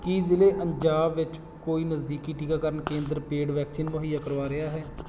ਕੀ ਜ਼ਿਲ੍ਹੇ ਅੰਜਾਵ ਵਿੱਚ ਕੋਈ ਨਜ਼ਦੀਕੀ ਟੀਕਾਕਰਨ ਕੇਂਦਰ ਪੇਡ ਵੈਕਸੀਨ ਮੁਹੱਈਆ ਕਰਵਾ ਰਿਹਾ ਹੈ